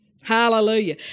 Hallelujah